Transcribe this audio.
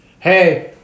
hey